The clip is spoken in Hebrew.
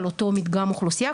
על אותו מדגם אוכלוסייה.